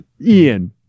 ian